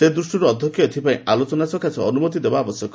ସେ ଦୃଷ୍ଟିରୁ ଅଧ୍ୟକ୍ଷ ଏଥିପାଇଁ ଆଲୋଚନା ସକାଶେ ଅନୁମତି ଦେବା ଆବଶ୍ୟକ